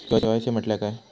KYC म्हटल्या काय?